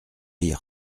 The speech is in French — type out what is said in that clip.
hier